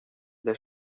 les